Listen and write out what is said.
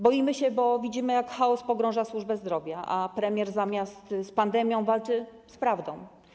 Boimy się, bo widzimy, jak w chaosie pogrąża się służba zdrowia, a premier zamiast z pandemią walczy z prawdą.